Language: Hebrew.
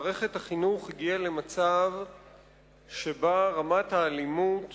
מערכת החינוך הגיעה למצב שבו רמת האלימות